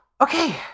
Okay